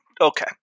Okay